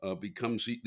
becomes